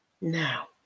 Now